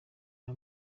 nta